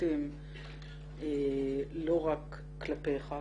בוטים לא רק כלפיך,